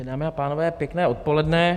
Dámy a pánové, pěkné odpoledne.